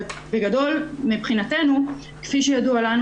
אבל בגדול מבחינתנו כפי שידוע לנו,